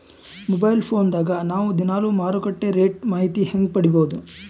Mobile phone ದಾಗ ನಾವು ದಿನಾಲು ಮಾರುಕಟ್ಟೆ ರೇಟ್ ಮಾಹಿತಿ ಹೆಂಗ ಪಡಿಬಹುದು?